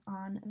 on